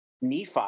Nephi